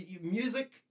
music